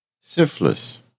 syphilis